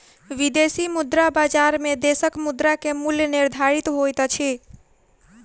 विदेशी मुद्रा बजार में देशक मुद्रा के मूल्य निर्धारित होइत अछि